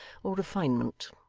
or refinement